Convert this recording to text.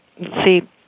see